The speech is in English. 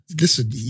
Listen